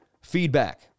feedback